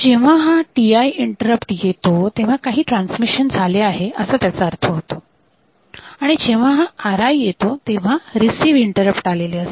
जेव्हा हा TI interrupt येतो तेव्हा काही ट्रान्समिशन झाले आहे असा त्याचा अर्थ होतो आणि जेव्हा हा RI येतो तेव्हा रिसीव्ह इंटरप्ट आलेले असते